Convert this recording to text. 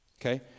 Okay